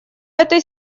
этой